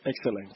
excellent